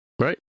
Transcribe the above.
right